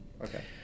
Okay